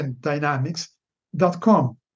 dynamics.com